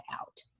out